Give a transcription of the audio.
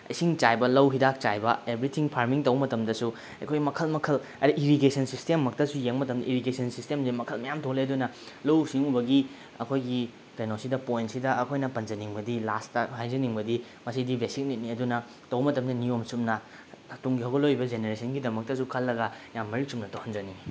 ꯏꯁꯤꯡ ꯆꯥꯏꯕ ꯂꯧ ꯍꯤꯗꯥꯛ ꯆꯥꯏꯕ ꯑꯦꯕ꯭ꯔꯤꯊꯤꯡ ꯐꯥꯔꯃꯤꯡ ꯇꯧꯕ ꯃꯇꯝꯗꯁꯨ ꯑꯩꯈꯣꯏ ꯃꯈꯜ ꯃꯈꯜ ꯑꯗꯩ ꯏꯔꯤꯒꯦꯁꯟ ꯁꯤꯁꯇꯦꯝꯃꯛꯇꯁꯨ ꯌꯦꯡꯕ ꯃꯇꯝ ꯏꯔꯤꯒꯦꯁꯟ ꯁꯤꯁꯇꯦꯝꯁꯦ ꯃꯈꯜ ꯃꯌꯥꯝ ꯊꯣꯛꯂꯛꯑꯦ ꯑꯗꯨꯅ ꯂꯧꯎ ꯁꯤꯡꯎꯕꯒꯤ ꯑꯩꯈꯣꯏꯒꯤ ꯀꯩꯅꯣꯁꯤꯗ ꯄꯣꯏꯟꯁꯤꯗ ꯑꯩꯈꯣꯏꯅ ꯄꯟꯖꯅꯤꯡꯕꯗꯤ ꯂꯥꯁꯇ ꯍꯥꯏꯖꯅꯤꯡꯕꯗꯤ ꯃꯁꯤꯗꯤ ꯕꯦꯁꯤꯛ ꯅꯤꯠꯅꯤ ꯑꯗꯨꯅ ꯇꯧ ꯃꯇꯝꯗ ꯅꯤꯌꯣꯝ ꯆꯨꯝꯅ ꯇꯨꯡꯒꯤ ꯍꯧꯒꯠꯂꯛꯏꯕ ꯖꯦꯅꯦꯔꯦꯁꯟꯒꯤꯗꯃꯛꯇꯁꯨ ꯈꯜꯂꯒ ꯌꯥꯝ ꯃꯔꯤꯛ ꯆꯨꯝꯅ ꯇꯧꯍꯟꯖꯅꯤꯡꯏ